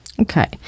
Okay